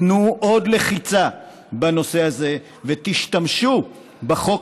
תנו עוד לחיצה בנושא הזה ותשתמשו בחוק